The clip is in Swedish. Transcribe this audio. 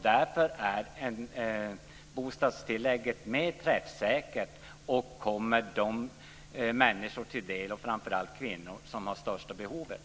Därför är bostadstillägget mer träffsäkert och kommer de människor till del - framför allt kvinnor - som har största behovet.